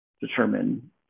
determine